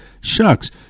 Shucks